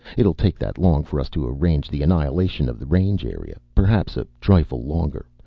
it'll take that long for us to arrange the annihilation of the range area. perhaps a trifle longer.